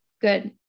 good